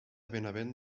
benavent